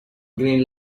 green